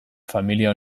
familia